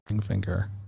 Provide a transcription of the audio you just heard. ...finger